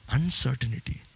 Uncertainty